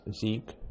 Zeke